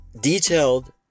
detailed